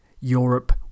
Europe